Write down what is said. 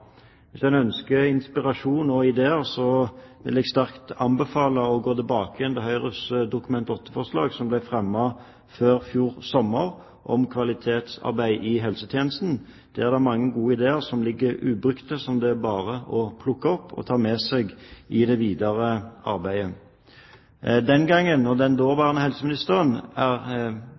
Hvis man ønsker inspirasjon og ideer, vil jeg sterkt anbefale at man går tilbake til Høyres representantforslag om kvalitetsarbeidet i helsetjenesten, som ble behandlet før sommeren i fjor. Der er det mange gode ideer som ligger ubrukt, og som det bare er å plukke opp og ta med seg i det videre arbeidet. Den gangen la den daværende helseministeren